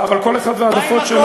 אבל כל אחד וההעדפות שלו.